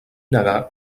negar